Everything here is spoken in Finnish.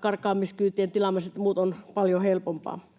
karkaamiskyytien tilaamiset ja muut on paljon helpompaa.